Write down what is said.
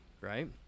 Right